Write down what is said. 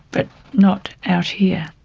but not out here,